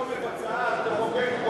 פעמים הכנסת באה ואומרת,